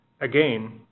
Again